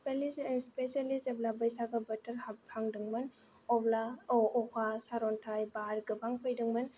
specially जेब्ला बैसागु बोथोराव हाखांदों मोन अब्ला अखा सार अन्थाय बार गोबां फैदोंमोन